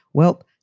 well,